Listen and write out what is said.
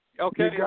Okay